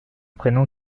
prénom